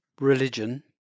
religion